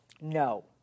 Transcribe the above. No